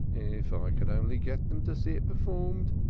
if i could only get them to see it performed,